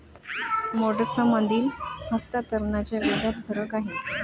मोड्समधील हस्तांतरणाच्या वेगात फरक आहे